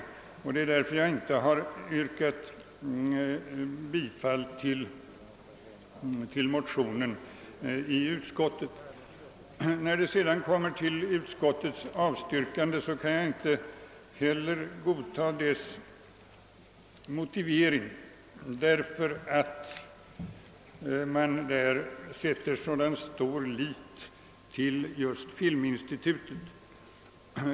Därför har jag inte i utskottet tillstyrkt motionen. Jag kan inte heller godta utskottets avstyrkande med hänsyn till dess motivering, därför att man där sätter så stor lit till just filminstitutet.